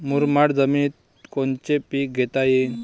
मुरमाड जमिनीत कोनचे पीकं घेता येईन?